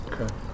Okay